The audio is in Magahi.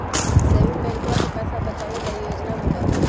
सेविंग बैंकवा में पैसा बचावे ला योजना होबा हई